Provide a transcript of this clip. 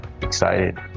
excited